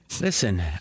Listen